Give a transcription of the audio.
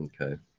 Okay